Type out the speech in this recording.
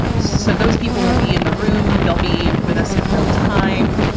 so those people will be in the room. they'll be with us in real time,